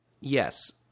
Yes